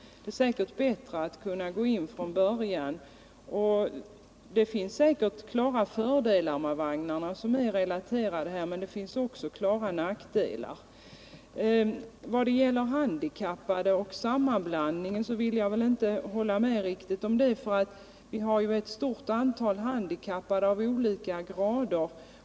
Det blir väl dyrare att göra ändringarna sedan. Säkert finns det också klara fördelar med dessa vagnar — som statsrådet här sade - men det finns också klara nackdelar. Vad sedan gäller de handikappade vill jag inte hålla med om att det där föreligger en sammanblandning. Vi har ju handikappade av olika grader.